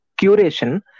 curation